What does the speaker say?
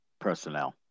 personnel